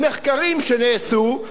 ממחקרים שנעשו,